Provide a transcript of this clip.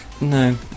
no